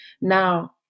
Now